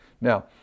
Now